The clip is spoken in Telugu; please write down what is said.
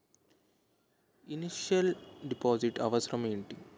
ఇనిషియల్ డిపాజిట్ అవసరం ఏమిటి?